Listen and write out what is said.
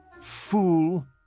Fool